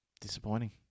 Disappointing